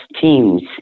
Teams